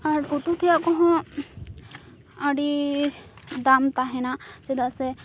ᱟᱨ ᱩᱛᱩ ᱛᱮᱭᱟᱜ ᱠᱚᱦᱚᱸ ᱟᱹᱰᱤ ᱫᱟᱢ ᱛᱟᱦᱮᱱᱟ ᱪᱮᱫᱟᱜ ᱥᱮ